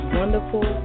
wonderful